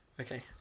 Okay